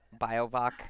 BioVac